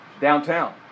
downtown